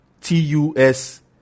TUS